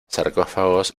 sarcófagos